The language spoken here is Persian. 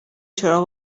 چراغ